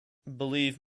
believe